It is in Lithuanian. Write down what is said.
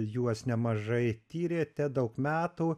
juos nemažai tyrėte daug metų